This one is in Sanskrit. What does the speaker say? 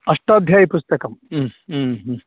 अष्टाध्यायीपुस्तकं हम् हम् हम्